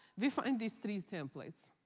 we find these three templates.